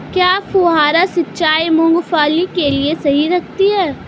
क्या फुहारा सिंचाई मूंगफली के लिए सही रहती है?